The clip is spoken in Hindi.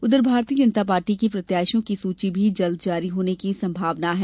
उधर भारतीय जनता पार्टी की प्रत्याशियों की सूची भी जल्द जारी होने की संभावना है